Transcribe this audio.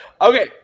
Okay